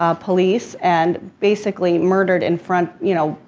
ah police and basically murdered in front, you know,